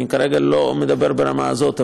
אני כרגע לא מדבר ברמה הזאת,